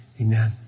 Amen